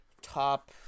top